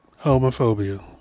Homophobia